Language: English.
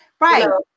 right